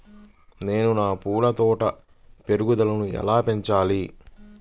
నేను నా పూల తోట పెరుగుదలను ఎలా పెంచాలి?